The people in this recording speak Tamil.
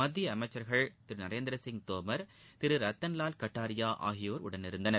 மத்திய அமைச்சர்கள் திரு நரேந்திரசிங் தோமர் திரு ரத்தன் வால் கட்டாரியா ஆகியோர் உடனிருந்தனர்